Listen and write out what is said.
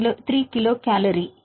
3 kilocalorie 2